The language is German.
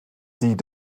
sie